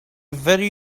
very